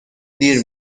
دیر